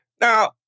Now